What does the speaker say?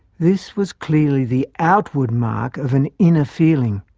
this was clearly the outward mark of an inner feeling.